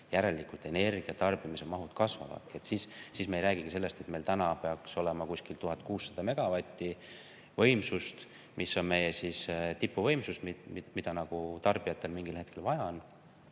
järelikult energia tarbimise mahud kasvavadki. Siis me ei räägi ka sellest, et meil peaks olema umbes 1600 megavatti võimsust, mis on meie tipuvõimsus, mida tarbijatel mingil hetkel vaja on.